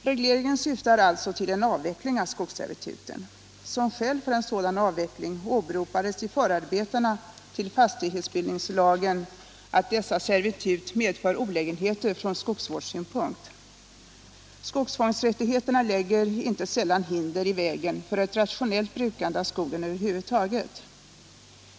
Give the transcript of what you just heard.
Regleringen syftar alltså till en avveckling av skogsservituten. Som skäl för en sådan avveckling åberopades i förarbetena till fastighetsbildningslagen att dessa servitut medför olägenheter från skogsvårdssynpunkt. Skogsfångsrättigheterna lägger inte sällan hinder i vägen för ett rationellt brukande av skogen över huvud taget.